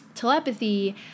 telepathy